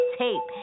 tape